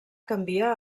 canvia